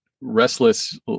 restless